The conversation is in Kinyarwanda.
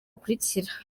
bukurikira